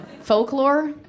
Folklore